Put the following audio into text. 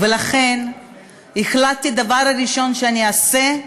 לכן החלטתי, הדבר הראשון שאעשה,